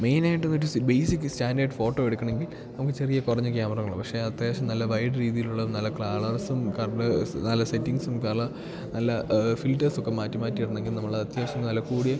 മെയിനായിട്ട് ഒരു basic standard photo എടുക്കണമെങ്കിൽ നമുക്ക് ചെറിയ കുറഞ്ഞ ക്യാമറ വേണം പക്ഷെ അത്യാവശ്യം നല്ല വൈഡ് രീതിയിലുള്ള നല്ല കളേഴ്സും നല്ല സെറ്റിങ്സും നല്ല ഫിൽട്ടേഴ്സൊക്കെ മാറ്റി മാറ്റിയിടണമെങ്കിൽ നമ്മൾ അത്യാവശ്യം നല്ല കൂടിയ